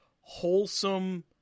wholesome